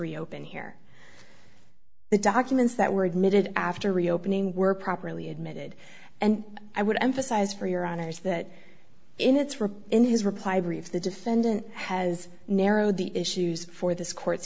reopen here the documents that were admitted after reopening were properly admitted and i would emphasize for your honour's that in its report in his reply brief the defendant has narrowed the issues for this court